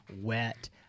wet